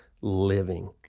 living